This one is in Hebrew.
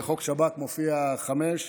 בחוק השב"כ מופיע חמש.